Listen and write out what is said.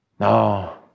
No